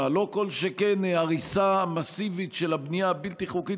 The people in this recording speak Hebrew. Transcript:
לא כל שכן הריסה מסיבית של הבנייה הבלתי-חוקית